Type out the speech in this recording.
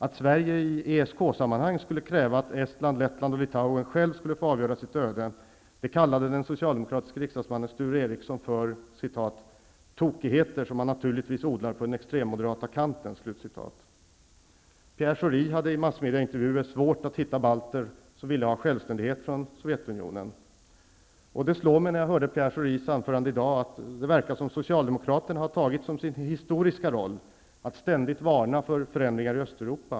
Att Sverige i ESK-sammanhang skulle kräva att Estland, Lettland och Litauen själva skulle få avgöra sitt öde, kallade den socialdemokratiske riksdagsmannen Sture Ericson för ''tokigheter som man naturligtvis odlar på den extremmoderata kanten''. Pierre Schori hade i massmedieintervjuer svårt att hitta balter som ville ha självständighet från Sovjetunionen. Det slog mig, när jag hörde Pierre Schoris anförande i dag, att det verkar som om socialdemokraterna har tagit som sin historiska roll att ständigt varna för förändringar i Östeuropa.